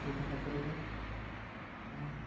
ପାଟିତୁଣ୍ଡ କରିବେ ତେଣୁ